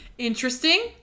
Interesting